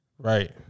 Right